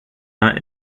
not